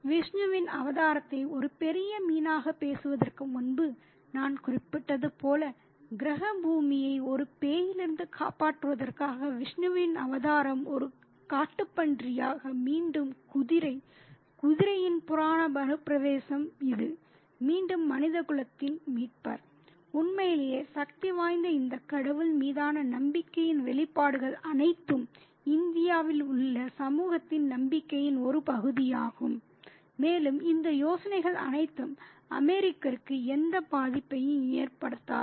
விஷ்ணுவின் அவதாரத்தை ஒரு பெரிய மீனாகப் பேசுவதற்கு முன்பு நான் குறிப்பிட்டது போல கிரக பூமியை ஒரு பேயிலிருந்து காப்பாற்றுவதற்காக விஷ்ணுவின் அவதாரம் ஒரு காட்டுப்பன்றியாக மீண்டும் குதிரை குதிரையின் புராண மறுபிரவேசம் இது மீண்டும் மனிதகுலத்தின் மீட்பர் உண்மையிலேயே சக்திவாய்ந்த இந்த கடவுள் மீதான நம்பிக்கையின் வெளிப்பாடுகள் அனைத்தும் இந்தியாவில் உள்ள சமூகத்தின் நம்பிக்கையின் ஒரு பகுதியாகும் மேலும் இந்த யோசனைகள் அனைத்தும் அமெரிக்கருக்கு எந்த பாதிப்பையும் ஏற்படுத்தாது